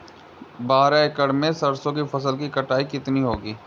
बारह एकड़ में सरसों की फसल की कटाई कितनी होगी?